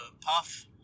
puff